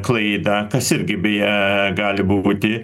klaidą kas irgi beje gali būti